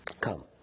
Come